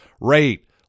rate